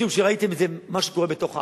משום שראיתם מה שקורה בתוך העם.